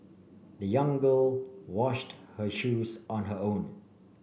the young girl washed her shoes on her own